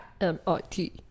MIT